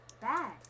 bad